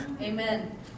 Amen